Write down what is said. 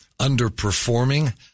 underperforming